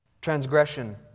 transgression